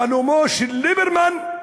חלומו של ליברמן,